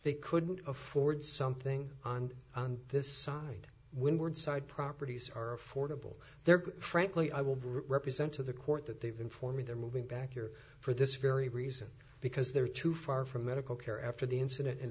they couldn't afford something on this side windward side properties are affordable they're frankly i will represent to the court that they've been for me they're moving back here for this very reason because they're too far from medical care after the incident in